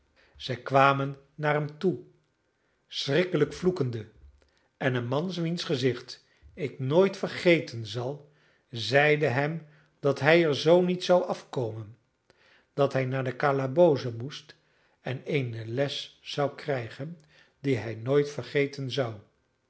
zij kwamen naar hem toe schrikkelijk vloekende en een man wiens gezicht ik nooit vergeten zal zeide hem dat hij er zoo niet zou afkomen dat hij naar de calaboose moest en eene les zou krijgen die hij nooit vergeten zou